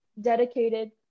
dedicated